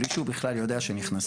בלי שהוא בכלל יודע שנכנסים.